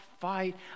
fight